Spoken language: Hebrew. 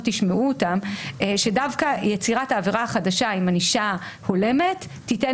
תשמעו אותם שדווקא יצירת העבירה החדשה עם ענישה הולמת תיתן